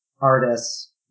artists